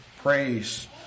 praise